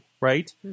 Right